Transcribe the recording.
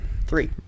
Three